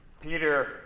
Peter